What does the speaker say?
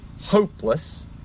hopeless